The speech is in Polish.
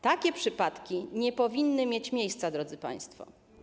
Takie przypadki nie powinny mieć miejsca, drodzy państwo.